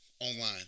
online